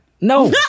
no